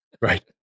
Right